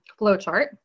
flowchart